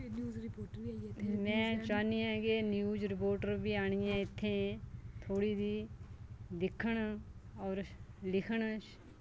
में चाह्नी ऐं के न्यूज रिपोटर वी आह्नियै इत्थें थोह्ड़ी दी दिक्खन और लिखन